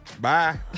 Bye